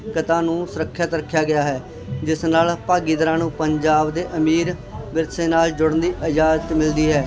ਕਤਾ ਨੂੰ ਸੁਰੱਖਿਅਤ ਰੱਖਿਆ ਗਿਆ ਹੈ ਜਿਸ ਨਾਲ ਭਾਗੀਦਾਰਾਂ ਨੂੰ ਪੰਜਾਬ ਦੇ ਅਮੀਰ ਵਿਰਸੇ ਨਾਲ ਜੁੜਨ ਦੀ ਇਜਾਜ਼ਤ ਮਿਲਦੀ ਹੈ